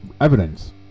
evidence